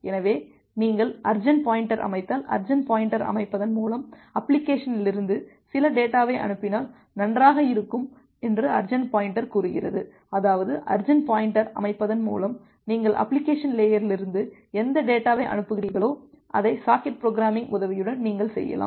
எனவே நீங்கள் urgent pointer அமைத்தால் அர்ஜன்ட் பாயின்டர் அமைப்பதன் மூலம் அப்ளிகேஷனிலிருந்து சில டேட்டாவை அனுப்பினால் நன்றாக இருக்கும் என்று அர்ஜன்ட் பாயின்டர் கூறுகிறது அதாவது அர்ஜன்ட் பாயின்டர் அமைப்பதன் மூலம் நீங்கள் அப்ளிகேஷன் லேயரிலிருந்து எந்த டேட்டாவை அனுப்புகிறீர்களோ அதை சாக்கெட் புரோகிராமிங் உதவியுடன் நீங்கள் செய்யலாம்